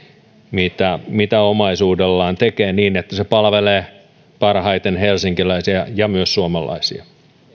mitä mitä omaisuudellaan tekevät niin että se palvelee parhaiten helsinkiläisiä ja myös suomalaisia